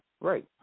right